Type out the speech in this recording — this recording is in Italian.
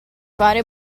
fare